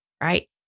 right